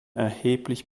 erheblich